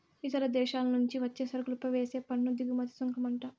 ఇతర దేశాల నుంచి వచ్చే సరుకులపై వేసే పన్ను దిగుమతి సుంకమంట